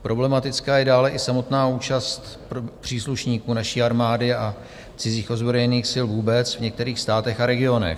Problematická je dále i samotná účast příslušníků naší armády a cizích ozbrojených sil vůbec v některých státech a regionech.